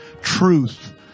truth